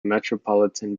metropolitan